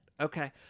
Okay